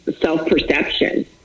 self-perception